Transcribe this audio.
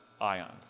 ions